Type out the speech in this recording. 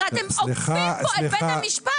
הרי אתם עוקפים פה את בית המשפט.